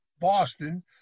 Boston